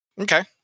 Okay